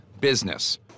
business